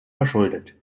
verschuldet